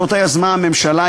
שאותה יזמה הממשלה,